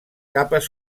capes